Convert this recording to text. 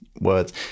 words